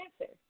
answer